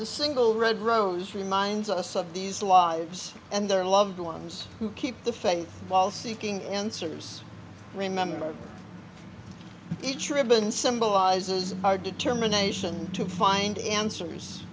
the single red rose reminds us of these lives and their loved ones who keep the faith while seeking answers remember each ribbon symbolizes our determination to find answers